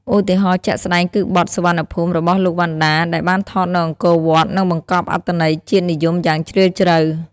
ឧទាហរណ៍ជាក់ស្ដែងគឺបទ "សុវណ្ណភូមិ " របស់ លោក វណ្ណដា ដែលបានថតនៅអង្គរវត្ត និងបង្កប់អត្ថន័យជាតិនិយមយ៉ាងជ្រាលជ្រៅ។